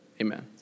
Amen